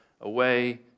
away